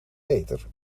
peter